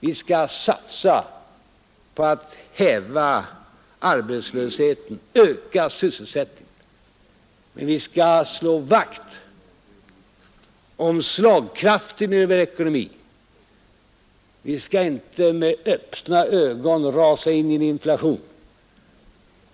Vi skall satsa på att häva arbetslösheten, öka sysselsättningen, men vi skall slå vakt om slagkraften i vår ekonomi. Vi skall inte med öppna ögon rasa in i en inflation.